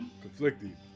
conflicted